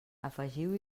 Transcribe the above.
afegiu